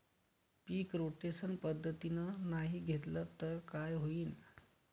पीक rotation पद्धतीनं नाही घेतलं तर काय होईन?